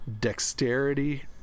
dexterity